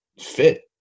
fit